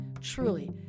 truly